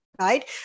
right